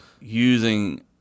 using